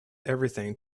everything